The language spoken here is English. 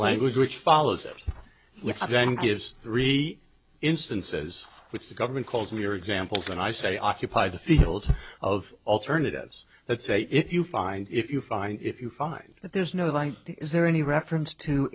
language which follows it then gives three instances which the government calls in your examples and i say occupy the field of alternatives that say if you find if you find if you find that there's no life is there any reference to